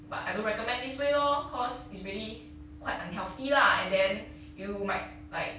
but I don't recommend this way lor cause it's really quite unhealthy lah and then you might like